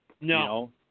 No